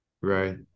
right